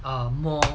err more